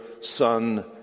Son